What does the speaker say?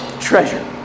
treasure